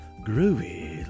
Groovy